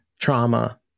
trauma